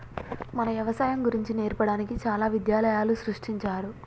మన యవసాయం గురించి నేర్పడానికి చాలా విద్యాలయాలు సృష్టించారు